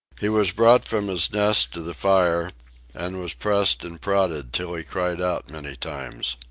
he was brought from his nest to the fire and was pressed and prodded till he cried out many times.